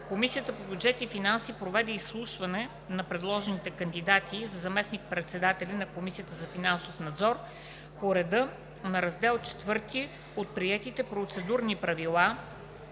Комисията по бюджет и финанси проведе изслушване на предложените кандидати за заместник-председатели на Комисията за финансов надзор по реда на Раздел IV от приетите Процедурни правила